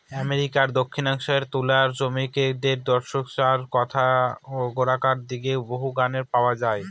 আমেরিকার দক্ষিনাংশে তুলা শ্রমিকদের দূর্দশার কথা গোড়ার দিকের বহু গানে পাওয়া যায়